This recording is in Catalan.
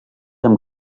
amb